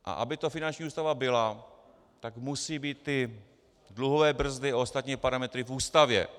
A aby ta finanční ústava byla, tak musí být dluhové brzdy a ostatní parametry v Ústavě.